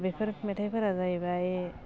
बेफोर मेथाइफोरा जाहैबाय